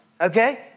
Okay